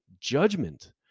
judgment